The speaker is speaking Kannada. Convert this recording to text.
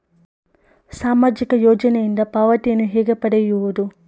ಸಾಮಾಜಿಕ ಯೋಜನೆಯಿಂದ ಪಾವತಿಯನ್ನು ಹೇಗೆ ಪಡೆಯುವುದು?